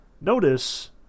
Notice